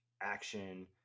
action